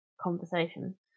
conversation